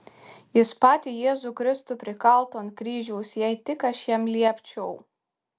jis patį jėzų kristų prikaltų ant kryžiaus jei tik aš jam liepčiau